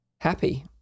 happy